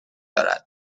دارد